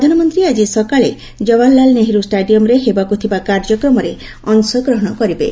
ପ୍ରଧାନମନ୍ତ୍ରୀ ଆକି ସକାଳେ ଜବାହରଲାଲ୍ ନେହେରୁ ଷ୍ଟାଡିୟମ୍ରେ ହେବାକୁ ଥିବା କାର୍ଯ୍ୟକ୍ରମରେ ଅଂଶଗ୍ରହଣ କରିବେ